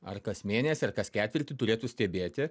ar kas mėnesį ar kas ketvirtį turėtų stebėti